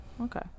Okay